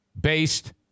based